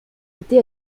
été